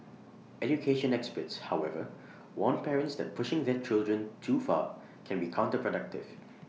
education experts however warn parents that pushing their children too far can be counterproductive